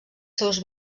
seus